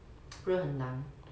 不然很难